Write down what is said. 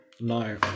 No